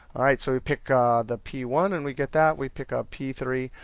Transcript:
alright, so we pick ah the p one and we get that, we pick up p three,